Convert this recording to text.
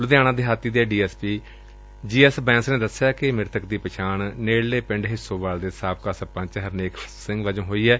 ਲੁਧਿਆਣਾ ਦਿਹਾਤੀ ਦੇ D S P G S Bains ਨੇ ਦਸਿਆ ਕਿ ਮ੍ਰਿਤਕ ਦੀ ਪਛਾਣ ਨੇੜਲੇ ਪਿੰਡ ਹਿੱਸੋਵਾਲ ਦੇ ਸਾਬਕਾ ਸਰਪੰਚ ਹਰਨੇਕ ਸਿੰਘ ਵਜੋਂ ਹੋਈ ਏ